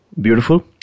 beautiful